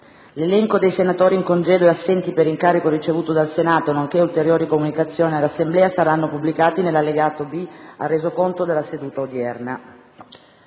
L'elenco dei senatori in congedo e assenti per incarico ricevuto dal Senato nonché ulteriori comunicazioni all'Assemblea saranno pubblicati nell'allegato B al Resoconto della seduta odierna.